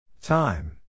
Time